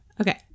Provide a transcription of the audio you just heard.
Okay